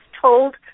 told